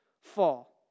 fall